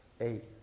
eight